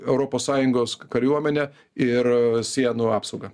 europos sąjungos kariuomenę ir sienų apsaugą